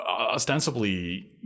ostensibly